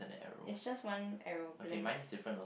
it's just one aeroplane